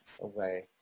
away